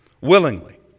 willingly